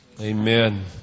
Amen